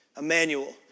Emmanuel